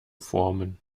formen